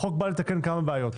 החוק בא לתקן כמה בעיות.